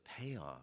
payoff